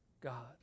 God